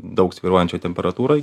daug svyruojančioj temperatūroj